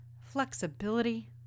flexibility